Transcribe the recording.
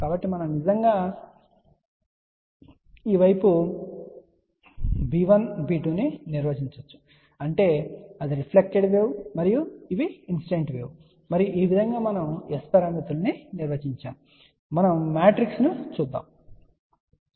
కాబట్టి మనం నిజంగా ఈ వైపు b1 b2 ను నిర్వచించగలము అంటే అది రిఫ్లెక్టెడ్ వేవ్ మరియు ఇవి ఇన్సిడెంట్ వేవ్ మరియు ఈ విధంగా మనము S పారామితులను నిర్వచించాము సరే